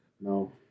no